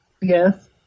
Yes